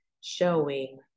showing